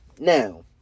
Now